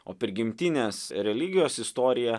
o prigimtinės religijos istoriją